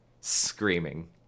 screaming